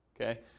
okay